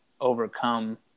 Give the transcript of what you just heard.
overcome